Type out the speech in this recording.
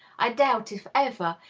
i doubt if ever,